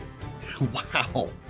Wow